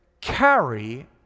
carry